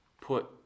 put